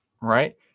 right